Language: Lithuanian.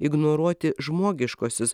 ignoruoti žmogiškuosius